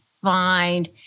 find